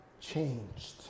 changed